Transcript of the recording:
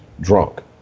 drunk